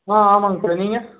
ஆ ஆமாங்க சொல்லுங்க நீங்கள்